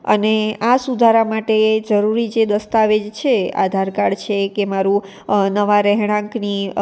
અને આ સુધારા માટે જરૂરી જે દસ્તાવેજ છે આધાર કાર્ડ છે કે મારું નવા રહેણાંકની